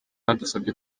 badusabye